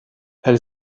elle